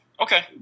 Okay